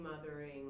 mothering